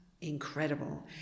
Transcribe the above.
incredible